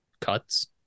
cuts